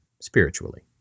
spiritually